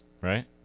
Right